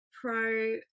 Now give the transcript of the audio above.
pro